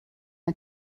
ein